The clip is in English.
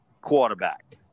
quarterback